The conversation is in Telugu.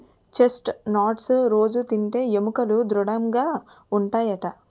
చెస్ట్ నట్స్ రొజూ తింటే ఎముకలు దృడముగా ఉంటాయట